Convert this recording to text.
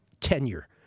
tenure